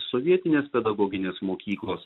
sovietinės pedagoginės mokyklos